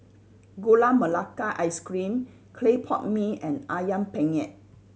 Gula Melaka Ice Cream clay pot mee and Ayam Penyet